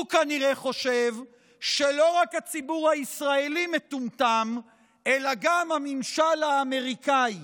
הוא כנראה חושב שלא רק הציבור הישראלי מטומטם אלא גם הממשל האמריקאי